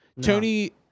Tony